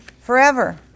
forever